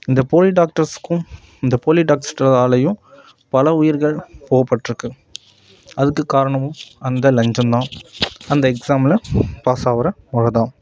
இந்த போலி டாக்டர்ஸ்க்கும் இந்த போலி டாக்டர்ஸ்ஸாலையும் பல உயிர்கள் போய்பற்றுக்கு அதுக்கு காரணமும் அந்த லஞ்சம்தான் அந்த எக்ஸாமில் பாசாகிற முறைதான்